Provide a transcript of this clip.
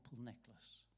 necklace